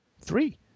three